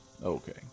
Okay